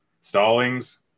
Stallings